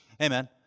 Amen